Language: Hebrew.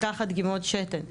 לקחת דגימות שתן.